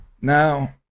Now